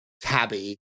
tabby